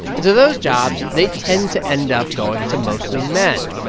and so those jobs, they tend to end up going to mostly men.